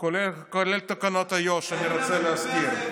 כולל תקנות איו"ש, אני רוצה להזכיר.